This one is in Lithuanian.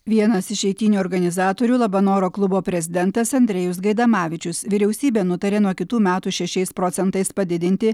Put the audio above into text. vienas iš eitynių organizatorių labanoro klubo prezidentas andrejus gaidamavičius vyriausybė nutarė nuo kitų metų šešiais procentais padidinti